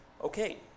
okay